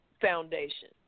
Foundation